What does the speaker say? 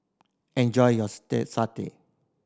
enjoy your satay